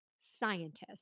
scientist